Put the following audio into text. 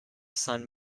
sun